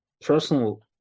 personal